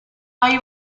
hay